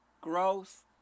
Growth